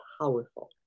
powerful